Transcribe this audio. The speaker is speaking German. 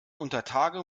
untertage